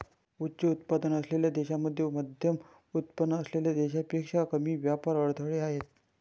उच्च उत्पन्न असलेल्या देशांमध्ये मध्यमउत्पन्न असलेल्या देशांपेक्षा कमी व्यापार अडथळे आहेत